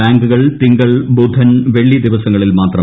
ബാങ്കുകൾ തിങ്കൾ ബുധൻ വെള്ളി ദിവസങ്ങളിൽ മാത്രം